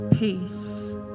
Peace